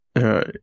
right